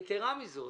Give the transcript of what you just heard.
מזאת,